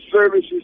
Services